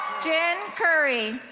jin curry.